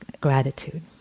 gratitude